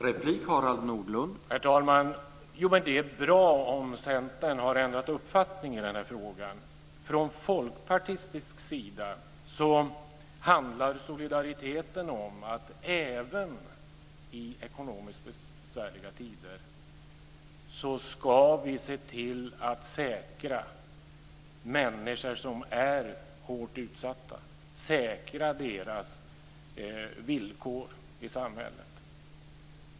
Herr talman! Det är bra om Centern har ändrat uppfattning i den här frågan. Från folkpartistisk sida handlar solidariteten om att även i ekonomiskt besvärliga tider ska vi se till att säkra villkoren i samhället för människor som är hårt utsatta.